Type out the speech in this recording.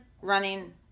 running